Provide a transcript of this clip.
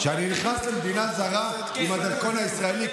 שאני נכנס למדינה זרה עם הדרכון הישראלי.